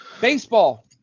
Baseball